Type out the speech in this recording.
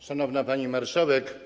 Szanowna Pani Marszałek!